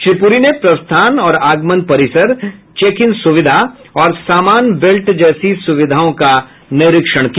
श्री पुरी ने प्रस्थान और आगमन परिसर चेक इन सुविधा और सामान बेल्ट जैसी सुविधाओं का निरीक्षण किया